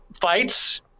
fights